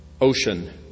ocean